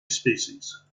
species